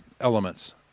elements